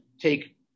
take